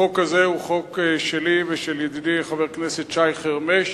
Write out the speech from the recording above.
החוק הזה הוא חוק שלי ושל ידידי חבר הכנסת שי חרמש,